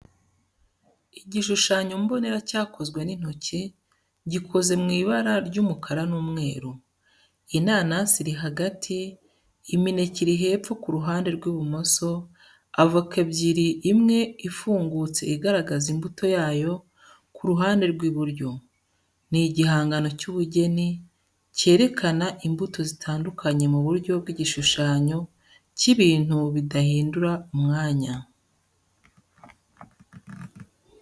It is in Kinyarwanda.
Igishushanyo mbonera cyakozwe n'intoki, gikoze mu ibara ry'umukara n'umweru. Inanasi iri hagati, imineke iri hepfo ku ruhande rw'ibumoso, avoka ebyiri imwe ifungutse igaragaza imbuto yayo ku ruhande rw'iburyo. Ni igihangano cy’ubugeni, cyerekana imbuto zitandukanye mu buryo bw'igishushanyo cy’ibintu bidahindura umwanya.